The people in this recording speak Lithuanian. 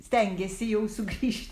stengiasi jau sugrįžt